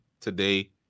today